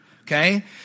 Okay